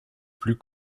plus